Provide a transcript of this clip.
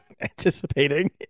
anticipating